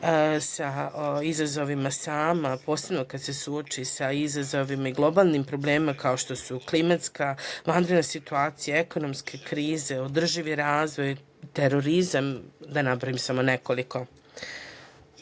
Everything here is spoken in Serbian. sa izazovima sama, posebno kad se suoči sa izazovima i globalnim problemima kao što su klimatska, vanredna situacija, ekonomske krize, održivi razvoj, terorizam, da nabrojim samo nekoliko.